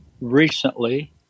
recently